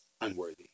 unworthy